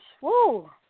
Woo